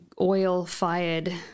oil-fired